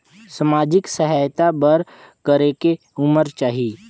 समाजिक सहायता बर करेके उमर चाही?